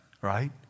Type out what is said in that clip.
right